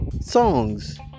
songs